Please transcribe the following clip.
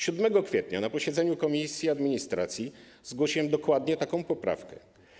7 kwietnia na posiedzeniu komisji administracji zgłosiłem dokładnie taką poprawkę.